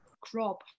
crop